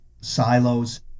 silos